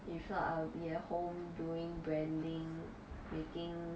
if not I'll be at home doing branding making